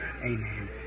Amen